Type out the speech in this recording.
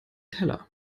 teller